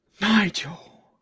Nigel